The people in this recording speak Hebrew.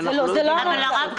שאנחנו לא יודעים מה לעשות.